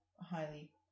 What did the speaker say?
highly